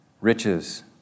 Riches